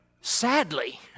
Sadly